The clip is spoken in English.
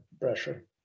pressure